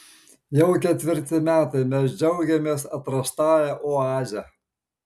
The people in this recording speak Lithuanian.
jau ketvirti metai mes džiaugiamės atrastąja oaze